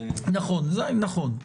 נכון.